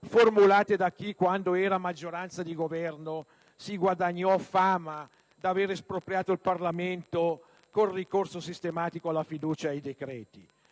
formulate da chi, quando era maggioranza di governo, si guadagnò fama di avere espropriato il Parlamento con il ricorso sistematico alla questione di